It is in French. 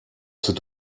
cette